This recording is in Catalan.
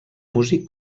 músic